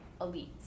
elites